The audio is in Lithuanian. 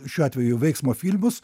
šiuo atveju veiksmo filmus